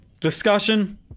discussion